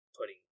putting